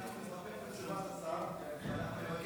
אנחנו נסתפק בתשובת סגן השרה,